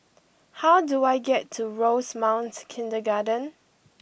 how do I get to Rosemount Kindergarten